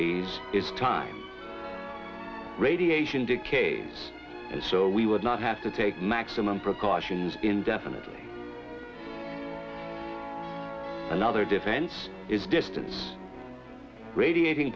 these is time radiation decays so we would not have to take maximum precautions indefinitely another defense is distance radiati